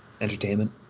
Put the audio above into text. Entertainment